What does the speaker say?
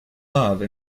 love